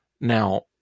Now